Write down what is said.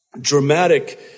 dramatic